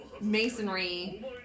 masonry